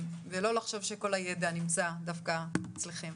ולא לחשוב שכל הידע נמצא דווקא אצלכם,